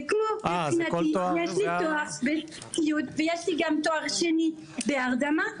ויש לי גם תואר שני בהרדמה,